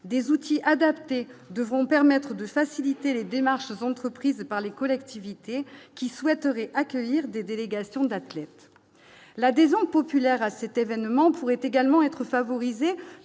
des outils adaptés devront permettre de faciliter les démarches entreprises par les collectivités, qui souhaiterait accueillir des délégations d'athlètes l'adhésion populaire à s'était vainement pourrait également être favorisée